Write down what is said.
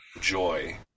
joy